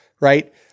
right